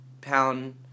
pound